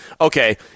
Okay